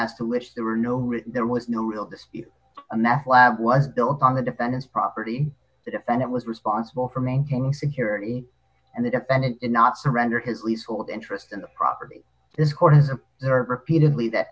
as to which there were no there was no real dispute a meth lab was built on the defendant's property the defendant was responsible for maintaining security and the defendant did not surrender his lease full of interest in the property this court is a repeatedly that